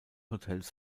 hotels